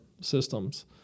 systems